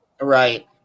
Right